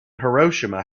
hiroshima